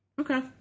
Okay